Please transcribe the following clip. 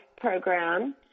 program